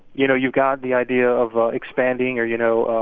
you know, you've got the idea of expanding or, you know,